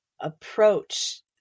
approach